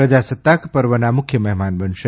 પ્રજાસત્તાક પર્વના મુખ્ય મહેમાન બનશે